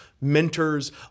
mentors